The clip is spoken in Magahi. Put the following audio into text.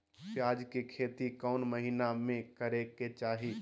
प्याज के खेती कौन महीना में करेके चाही?